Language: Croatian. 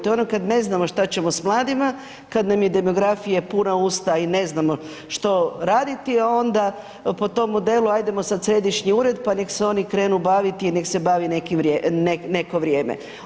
To je ono kad ne znamo što ćemo s mladima, kad nam je demografija puna usta i ne znamo što raditi, e onda po tom modelu, hajdemo sad središnji ured pa nek se oni krenu baviti i nek se bavi neko vrijeme.